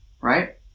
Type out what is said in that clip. right